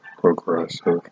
progressive